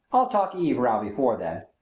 i'll talk eve round before then.